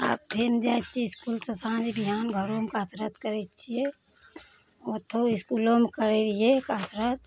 आब फेर जाइ छियै इसकुल तऽ साँझ बिहान घरोमे कसरत करै छियै ओतौ इसकुलोमे करै रहियै कसरत